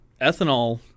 ethanol